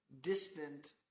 distant